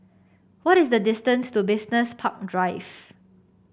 what is the distance to Business Park Drive